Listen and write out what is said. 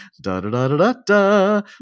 da-da-da-da-da-da